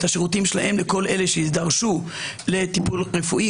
השירותים שלהם לכל אלה שיידרשו לטיפול רפואי,